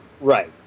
Right